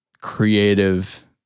creative